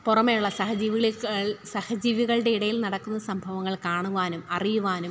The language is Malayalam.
പുറമേയുള്ള സഹജീവികളിൽ സഹജീവികളുടെ ഇടയിൽ നടക്കുന്ന സംഭവങ്ങൾ കാണുവാനും അറിയുവാനും